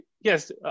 yes